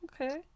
okay